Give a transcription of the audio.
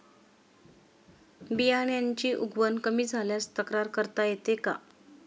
बियाण्यांची उगवण कमी झाल्यास तक्रार करता येते का?